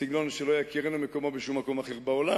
בסגנון שלא יכירנו מקומו בשום מקום אחר בעולם,